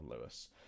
Lewis